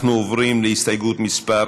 אנחנו עוברים להסתייגות מס'